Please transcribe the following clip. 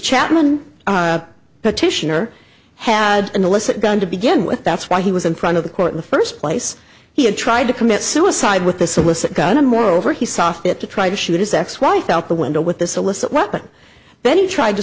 chapman petitioner had an illicit gun to begin with that's why he was in front of the court in the first place he had tried to commit suicide with the solicit gun and moreover he saw fit to try to shoot his ex wife out the window with this illicit weapon then he tried to